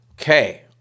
Okay